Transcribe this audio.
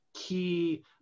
key